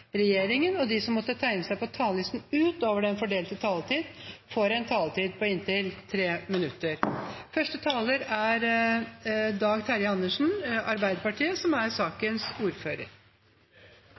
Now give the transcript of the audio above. regjeringen, og de som måtte tegne seg på talerlisten utover den fordelte taletid, får en taletid på inntil 3 minutter. Vi behandler i dag skatte- og avgiftssakene som